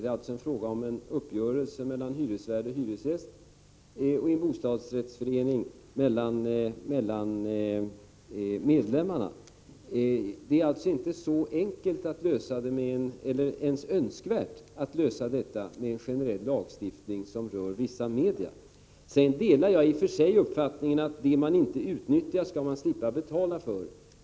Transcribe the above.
Det gäller en uppgörelse mellan hyresvärd och hyresgäst och i bostadsrättsföreningen mellan medlemmarna. Det är inte särskilt enkelt eller ens önskvärt att lösa denna fråga med generell lagstiftning som rör vissa media. I och för sig delar jag uppfattningen att det man inte utnyttjar skall man slippa betala för.